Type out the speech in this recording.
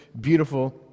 beautiful